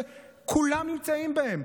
שכולם נמצאים שם,